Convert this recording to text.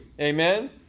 Amen